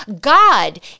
God